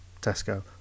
tesco